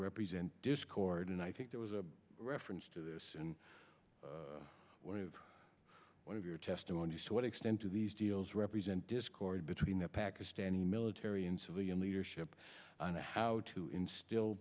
represent discord and i think there was a reference to this in one of one of your testimony to what extent do these deals represent discord between pakistani military and civilian leadership and how to instill